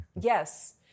yes